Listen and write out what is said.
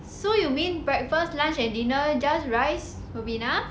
so you mean breakfast lunch and dinner just rice will be enough